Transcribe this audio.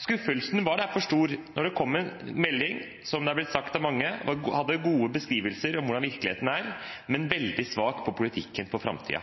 Skuffelsen var derfor stor da det kom en melding som, som det er blitt sagt av mange, hadde gode beskrivelser av hvordan virkeligheten er, men er veldig svak på politikken for framtida.